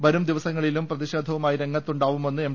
വരും ദിവസങ്ങളിലും പ്രതിഷേധ വുമായി രംഗത്തുണ്ടാവുമെന്ന് എം